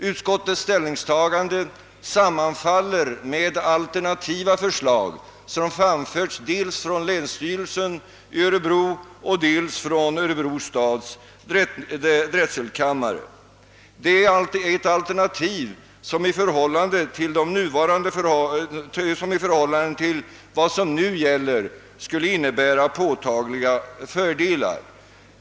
Utskottets ställningstagande sammanfaller med det alternativa förslag som framförts dels av länsstyrelsen i Örebro län, dels av drätselkammaren i Örebro stad. Detta alternativ innebär påtagliga fördelar jämfört med vad som nu gäller.